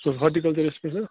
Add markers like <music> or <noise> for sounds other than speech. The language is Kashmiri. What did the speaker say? <unintelligible> ہاٹیٖکلچر <unintelligible>